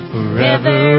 Forever